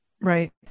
Right